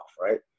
right